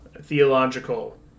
theological